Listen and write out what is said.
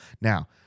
Now